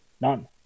None